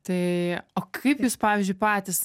tai o kaip jūs pavyzdžiui patys